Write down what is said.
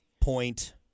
point